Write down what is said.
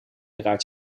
eruit